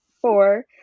four